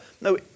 No